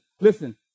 listen